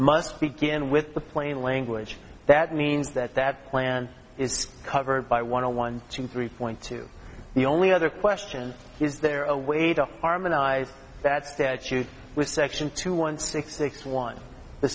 must begin with the plain language that means that that plan is covered by one a one two three point two the only other question is there a way to harmonize that statute with section two one six six one the